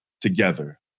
together